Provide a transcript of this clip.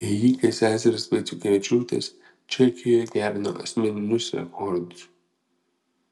ėjikės seserys vaiciukevičiūtės čekijoje gerino asmeninius rekordus